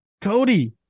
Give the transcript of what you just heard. Cody